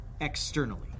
externally